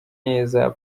neza